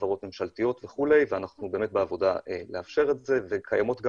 חברות ממשלתיות וכולי - ואנחנו באמת לאפשר את זה וקיימות גם